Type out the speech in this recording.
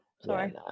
Sorry